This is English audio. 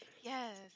Yes